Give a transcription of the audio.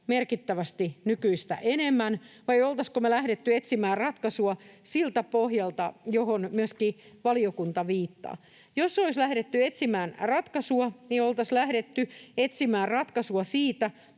merkittävästi nykyistä enemmän, vai oltaisiinko me lähdetty etsimään ratkaisua siltä pohjalta, johon myöskin valiokunta viittaa? Jos olisi lähdetty etsimään ratkaisua, niin oltaisiin lähdetty etsimään ratkaisua siitä,